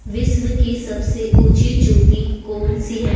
विश्व की सबसे ऊँची चोटी कौनसी है